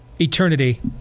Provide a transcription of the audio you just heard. eternity